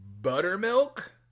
buttermilk